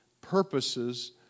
purposes